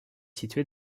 situé